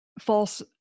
false